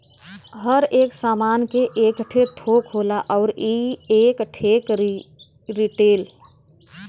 हर एक सामान के एक ठे थोक होला अउर एक ठे रीटेल